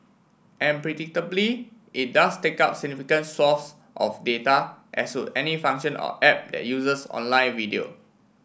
and predictably it does take up significant swathes of data as would any function or app that uses online video